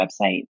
website